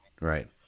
Right